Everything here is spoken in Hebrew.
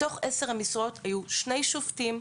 מתוך עשר המשרות היו שני שופטים,